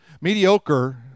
Mediocre